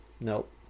nope